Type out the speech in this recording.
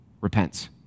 repents